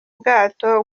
bwato